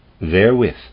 Therewith